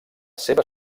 seva